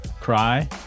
cry